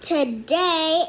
Today